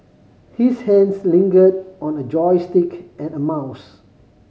his hands lingered on a joystick and a mouse